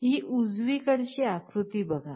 ही उजवी कड़ची आकृती बघा